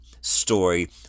story